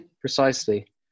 precisely